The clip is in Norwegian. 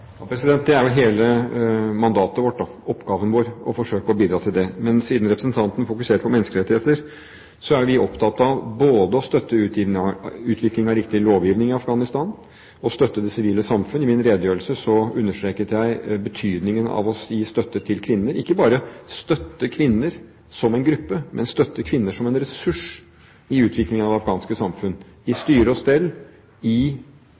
Det er jo hele mandatet vårt, oppgaven vår, å forsøke å bidra til det. Men siden representanten fokuserte på menneskerettigheter, er vi opptatt av både å støtte utvikling av riktig lovgivning i Afghanistan og å støtte det sivile samfunn. I min redegjørelse understreket jeg betydningen av å gi støtte til kvinner, ikke bare å støtte kvinner som en gruppe, men å støtte kvinner som en ressurs i utviklingen av det afghanske samfunn, i styre og stell, i